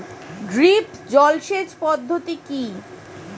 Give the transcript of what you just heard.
Drip জল সেচ পদ্ধতি কি?